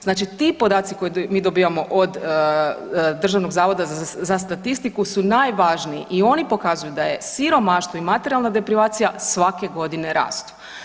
Znači ti podaci koje mi dobivamo od Državnog zavoda za statistiku su najvažniji i oni pokazuju da siromaštvo i materijalna deprivacija svake godine rastu.